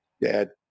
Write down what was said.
dad